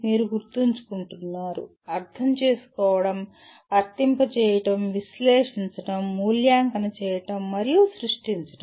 మీరు గుర్తుంచుకుంటున్నారు అర్థం చేసుకోవడం వర్తింపజేయడం విశ్లేషించడం మూల్యాంకనం చేయడంఎవాల్యుయేట్ మరియు సృష్టించడం